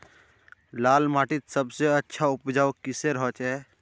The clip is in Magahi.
लाल माटित सबसे अच्छा उपजाऊ किसेर होचए?